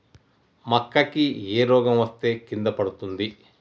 మక్కా కి ఏ రోగం వస్తే కింద పడుతుంది?